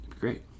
Great